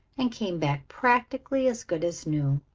and came back practically as good as new.